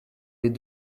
les